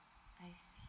I see